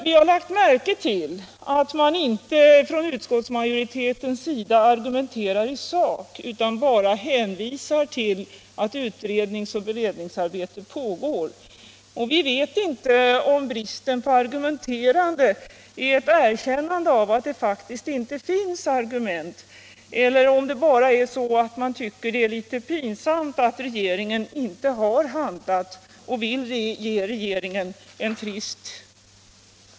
Vi har lagt märke till att man från utskottsmajoritetens sida inte argumenterar i sak utan bara hänvisar till att utredningsoch beredningsarbete pågår. Vi vet inte om bristen på argumenterande är ett erkännande av att det faktiskt inte finns argument eller om det bara är så att man tycker det är litet pinsamt att regeringen inte har handlat och att man vill ge regeringen en frist.